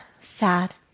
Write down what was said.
sad